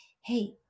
hey